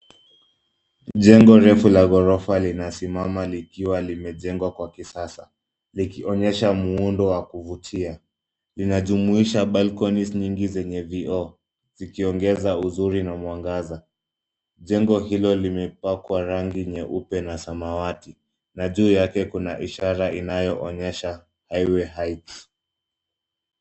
Jengo refu la gorofa linasimama likiwa limejengwa kwa kisasa, likionyesha muundo wa kuvutia. Linajumuisha balconies nyingi zenye vioo, zikiongeza uzuri na mwangaza. Jengo hilo limepakwa rangi nyeupe na samawati, na juu yake kuna ishara inayoonyesha Highway Heights.